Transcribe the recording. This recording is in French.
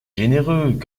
généreux